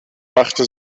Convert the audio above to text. machte